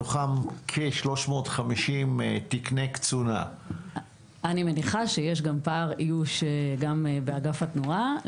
מתוכם 350 תקני קצונה --- אני מניחה שפער האיוש קיים גם באגף התנועה.